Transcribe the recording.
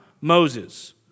Moses